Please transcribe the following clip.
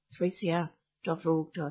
3cr.org.au